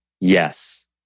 Yes